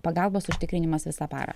pagalbos užtikrinimas visą parą